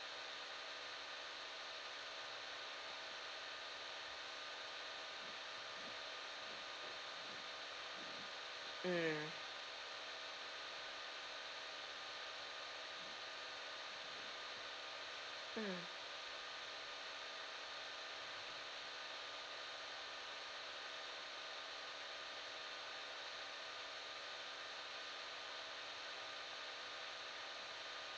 mm mm